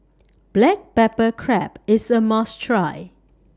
Black Pepper Crab IS A must Try